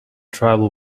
tribal